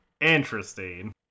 Interesting